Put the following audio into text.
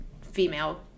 female